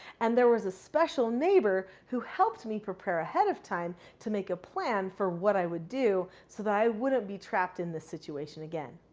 and there was a special neighbor who helped me prepare ahead of time to make a plan for what i would do so that i wouldn't be trapped in this situation again.